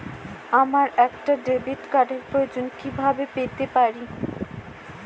আমার একটা ডেবিট কার্ডের প্রয়োজন কিভাবে পেতে পারি?